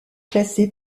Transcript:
classé